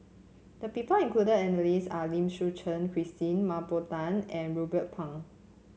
the people included in the list are Lim Suchen Christine Mah Bow Tan and Ruben Pang